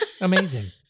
Amazing